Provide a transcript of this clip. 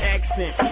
Accent